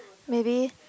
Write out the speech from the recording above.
maybe